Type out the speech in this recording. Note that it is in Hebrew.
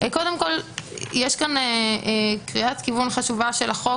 קודם כל יש כאן קריאת כיוון חשובה של החוק